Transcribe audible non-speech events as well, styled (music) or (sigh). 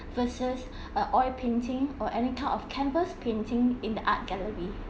versus (breath) an oil painting or any kind of canvas painting in the art gallery